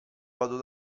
vado